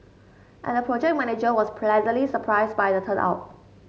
and the project manager was pleasantly surprised by the turn out